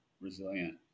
resilient